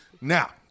now